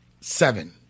Seven